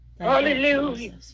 Hallelujah